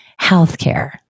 healthcare